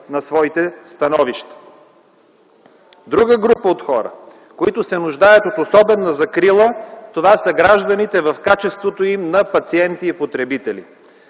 на своите становища. Друга група от хора, които се нуждаят от особена закрила, това са гражданите в качеството им на пациенти и потребители.